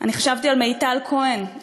חשבתי על מיטל כהן,